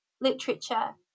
literature